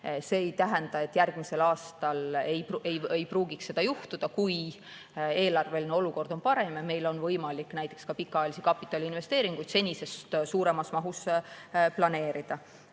See ei tähenda, et järgmisel aastal ei pruugi seda juhtuda, kui eelarveline olukord on parem ja meil on võimalik näiteks ka pikaajalisi kapitaliinvesteeringuid senisest suuremas mahus planeerida.